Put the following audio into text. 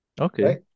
Okay